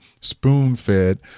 spoon-fed